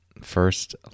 First